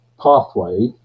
pathway